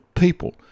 people